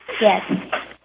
Yes